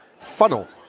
funnel